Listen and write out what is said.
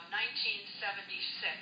1976